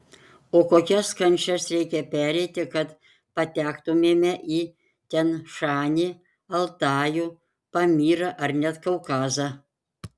o kokias kančias reikia pereiti kad patektumėme į tian šanį altajų pamyrą ar net kaukazą